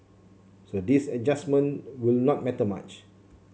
so this adjustment would not matter much